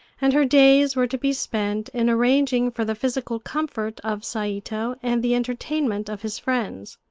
and her days were to be spent in arranging for the physical comfort of saito and the entertainment of his friends.